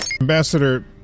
ambassador